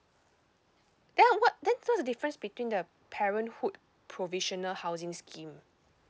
then what then so what's the difference between the parenthood provisional housing scheme